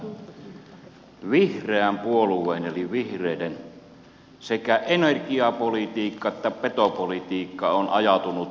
totean aluksi että vihreän puolueen eli vihreiden sekä energiapolitiikka että petopolitiikka on ajautunut tiensä päähän